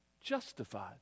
justified